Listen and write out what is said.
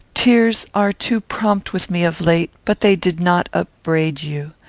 tears are too prompt with me of late but they did not upbraid you.